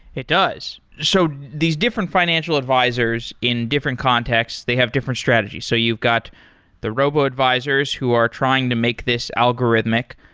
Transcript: it does. so these different financial advisors in different context, they have different strategies. so you've got the robo-advisors who are trying to make this algorithmic.